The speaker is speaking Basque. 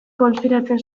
konspiratzen